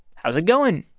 how's it going,